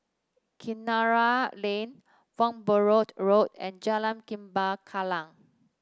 Kinara Lane Farnborough Road and Jalan Lembah Kallang